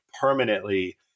permanently